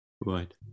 Right